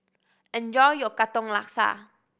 enjoy your Katong Laksa